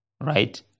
right